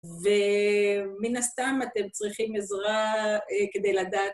ומן הסתם אתם צריכים עזרה כדי לדעת.